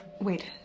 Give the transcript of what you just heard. Wait